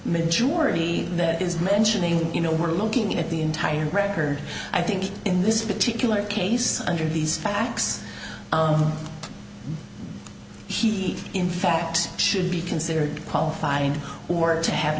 majority that is mentioning you know we're looking at the entire record i think in this particular case under these facts he in fact should be considered qualified in order to have